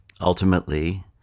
ultimately